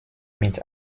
mit